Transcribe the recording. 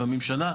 לפעמים שנה,